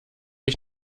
ich